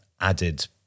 added